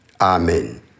amen